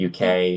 UK